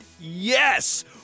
Yes